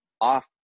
off